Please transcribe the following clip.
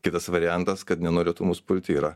kitas variantas kad nenorėtų mus pulti yra